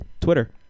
Twitter